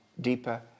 deeper